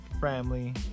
family